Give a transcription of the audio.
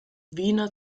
wiener